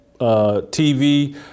TV